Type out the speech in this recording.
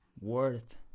worth